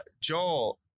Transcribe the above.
joel